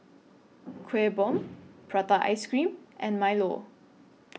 Kueh Bom Prata Ice Cream and Milo